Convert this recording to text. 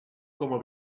coma